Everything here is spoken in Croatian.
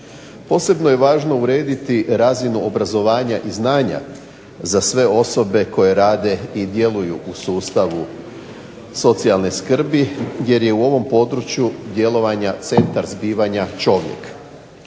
Posebno je važno urediti razinu obrazovanja i znanja za sve osobe koje rade i djeluju u sustavu socijalne skrbi, jer je u ovom području djelovanja centar zbivanja čovjek.